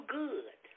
good